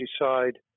decide